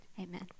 amen